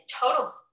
total